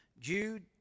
Jude